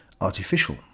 artificial